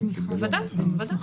ודאי.